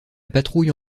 patrouille